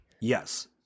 Yes